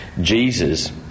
Jesus